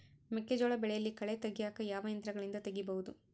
ಮೆಕ್ಕೆಜೋಳ ಬೆಳೆಯಲ್ಲಿ ಕಳೆ ತೆಗಿಯಾಕ ಯಾವ ಯಂತ್ರಗಳಿಂದ ತೆಗಿಬಹುದು?